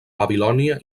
babilònia